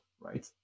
right